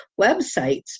websites